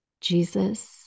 Jesus